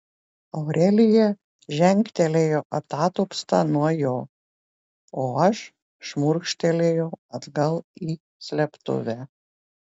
aurelija žengtelėjo atatupsta nuo jo o aš šmurkštelėjau atgal į slėptuvę